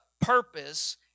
purpose